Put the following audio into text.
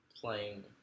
playing